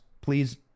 Please